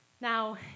Now